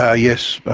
ah yes,